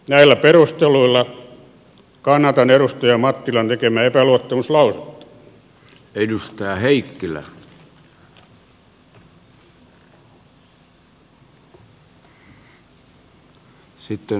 näillä perusteluilla kannatan edustaja mattilan tekemää epäluottamuslausetta